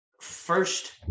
first